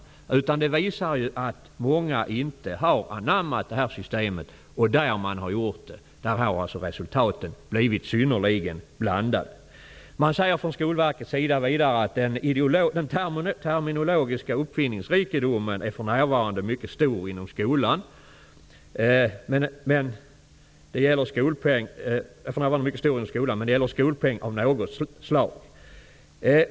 Detta visar att många inte har anammat systemet. Där man har gjort det har resultaten blivit synnerligen blandade. Skolverket säger vidare att den terminologiska uppfinningsrikedomen för närvarande är mycket stor inom skolan när det gäller skolpeng av något slag.